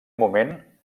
moment